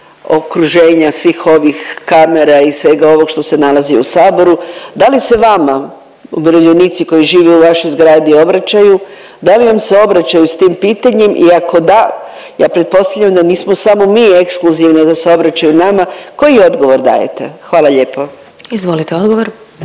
Hvala. Izvolite odgovor.